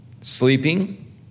Sleeping